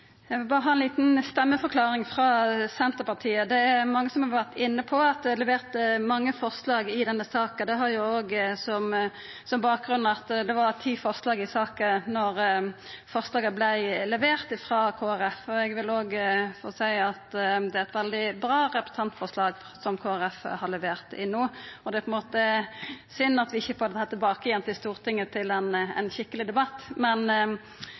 Eg vil berre gi ei lita stemmeforklaring frå Senterpartiet. Det er mange som har vore inne på at det er levert inn mange forslag i denne saka. Det har jo òg som bakgrunn at det var ti forslag i saka då forslaget vart levert frå Kristeleg Folkeparti. Eg vil òg få seia at det er eit veldig bra representantforslag som Kristeleg Folkeparti har levert inn. Det er på ein måte synd at vi ikkje får det tilbake til Stortinget til ein skikkeleg debatt. Men